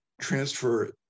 transfer